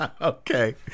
Okay